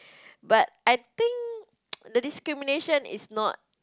but I think the discrimination is not